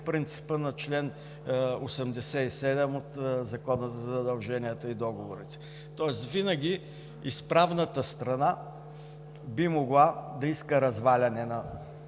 принципът на чл. 87 от Закона за задълженията и договорите, тоест винаги изправната страна би могла да иска разваляне на